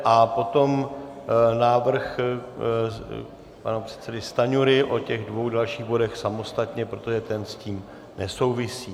A potom návrh pana předsedy Stanjury o těch dvou dalších bodech samostatně, protože ten s tím nesouvisí.